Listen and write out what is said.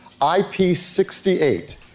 IP68